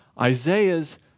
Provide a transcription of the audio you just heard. Isaiah's